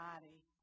body